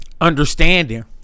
understanding